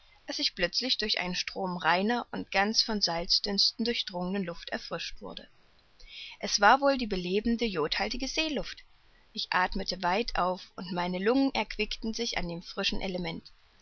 als ich plötzlich durch einen strom reiner und ganz von salzdünsten durchdrungener luft erfrischt wurde es war wohl die belebende jodhaltige seeluft ich athmete weit auf und meine lungen erquickten sich an dem frischen element